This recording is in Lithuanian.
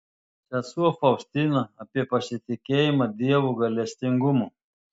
sesuo faustina apie pasitikėjimą dievo gailestingumu